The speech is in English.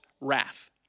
wrath